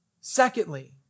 Secondly